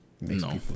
No